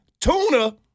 tuna